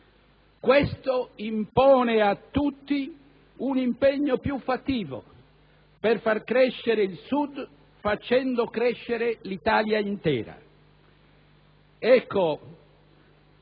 Questo impone a tutti un impegno più fattivo per far crescere il Sud facendo crescere l'Italia intera. Ecco,